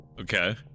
Okay